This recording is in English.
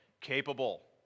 capable